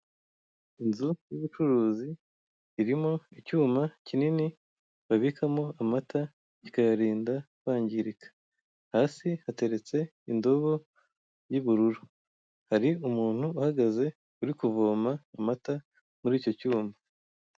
Inzu y'ubucuruzi irimo icyuma kinini babikamo amata kikayarinda kwangirika. Hasi hateretse indobo y'ubururu hari umuntu uhagaze uri kuvoma amata muri icyo cyuma.